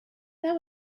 that